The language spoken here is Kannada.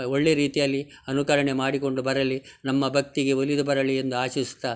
ಒಳ್ಳೆ ರೀತಿಯಲ್ಲಿ ಅನುಕರಣೆ ಮಾಡಿಕೊಂಡು ಬರಲಿ ನಮ್ಮ ಭಕ್ತಿಗೆ ಒಲಿದು ಬರಲಿ ಎಂದು ಆಶಿಸುತ್ತಾ